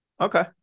Okay